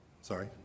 Sorry